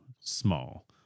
small